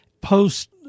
post